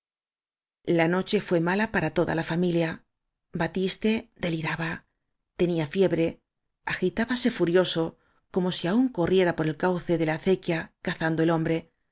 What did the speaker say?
la noche fué mala para toda la familia batiste deliraba tenía fiebre agitábase furioso como si aún corriera por el cauce de la acequia cazando el hombre